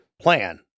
plan